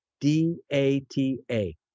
D-A-T-A